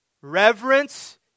reverence